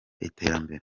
iterambere